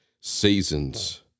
seasons